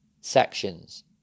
sections